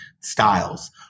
styles